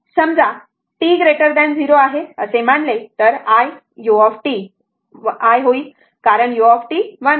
समजा t 0 आहे असे मानले तर iu t I होईल कारण u 1 आहे